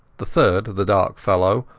the third, the dark fellow,